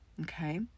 Okay